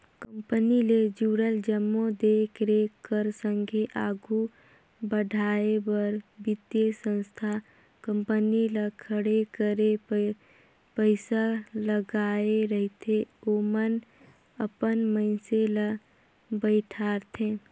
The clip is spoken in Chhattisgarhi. कंपनी ले जुड़ल जम्मो देख रेख कर संघे आघु बढ़ाए बर बित्तीय संस्था कंपनी ल खड़े करे पइसा लगाए रहिथे ओमन अपन मइनसे ल बइठारथे